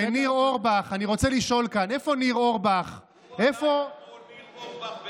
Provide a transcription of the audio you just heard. ניר אורבך, אני רוצה לשאול כאן, איפה ניר אורבך?